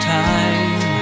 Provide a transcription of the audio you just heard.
time